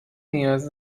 نیاز